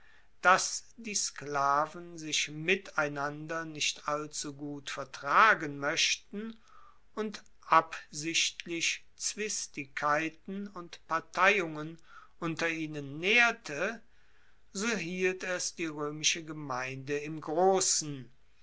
dass die sklaven sich miteinander nicht allzu gut vertragen moechten und absichtlich zwistigkeiten und parteiungen unter ihnen naehrte so hielt es die roemische gemeinde im grossen